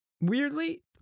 weirdly